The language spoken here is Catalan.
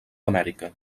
amèrica